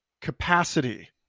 capacity